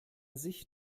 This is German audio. sich